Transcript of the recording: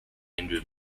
hindu